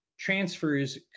transfers